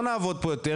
לא נעבוד פה יותר,